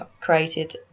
created